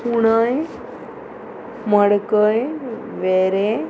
कुणय मडकय वेरे